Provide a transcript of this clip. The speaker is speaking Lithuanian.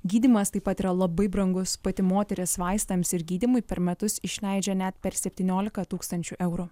gydymas taip pat yra labai brangus pati moteris vaistams ir gydymui per metus išleidžia net per septyniolika tūkst eurų